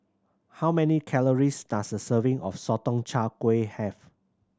how many calories does a serving of Sotong Char Kway have